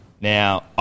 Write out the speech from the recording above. Now